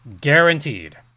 guaranteed